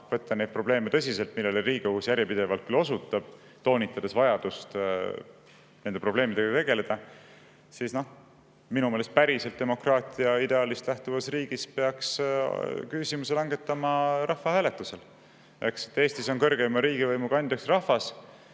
võtta neid probleeme, millele Riigikohus järjepidevalt küll osutab, toonitades vajadust nendega tegeleda, siis minu meelest päriselt demokraatiaideaalist lähtuvas riigis peaks küsimuse langetama rahvahääletusel. Eks? Eestis on kõrgeima riigivõimu kandjaks rahvas.